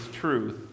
truth